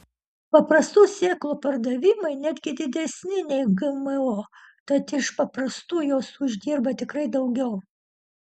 paprastų sėklų pardavimai netgi didesni nei gmo tad iš paprastų jos uždirba tikrai daugiau